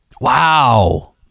Wow